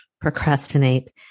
procrastinate